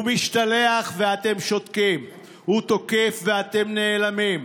הוא משתלח ואתם שותקים, הוא תוקף ואתם נעלמים,